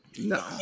no